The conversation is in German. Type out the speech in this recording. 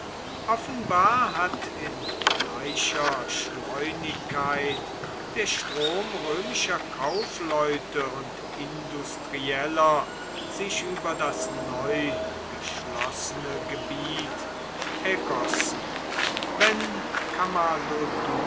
offenbar hat in gleicher schleunigkeit der strom römischer kaufleute und industrieller sich über das neu geschlossene gebiet ergossen wenn